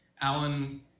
Alan